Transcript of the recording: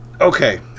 Okay